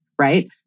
right